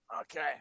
Okay